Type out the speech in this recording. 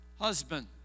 husband